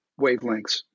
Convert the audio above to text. wavelengths